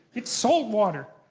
it's salt water.